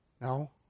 No